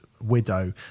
widow